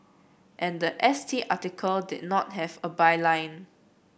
and the S T article did not have a byline